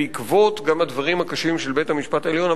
גם בעקבות הדברים הקשים של בית-המשפט העליון,